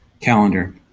calendar